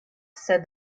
said